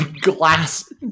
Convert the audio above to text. glass